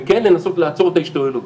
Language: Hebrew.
וכן לנסות לעצור את ההשתוללות.